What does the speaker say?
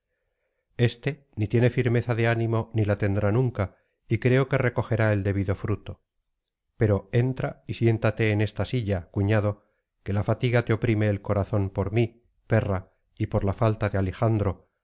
éste ni tiene firmeza de ánimo ni la tendrá nunca y creo que recogerá el debido fruto pero entra y siéntate en esta silla cuñado que la fatiga te oprime el corazón por mí perra y por la falta de alejandro